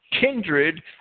kindred